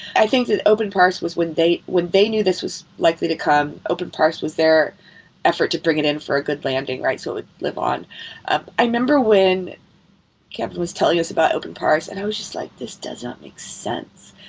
i think that open parse was when they knew this was likely to come, open parse was their effort to bring it in for a good landing, right? so it would live on i remember when kevin was telling us about open parse and i was just like, this doesn't make sense.